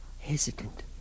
hesitant